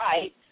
right